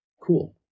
Cool